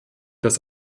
das